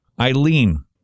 Eileen